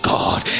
God